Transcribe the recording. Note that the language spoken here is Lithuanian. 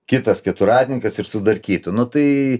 kitas keturratininkas ir sudarkytų nu tai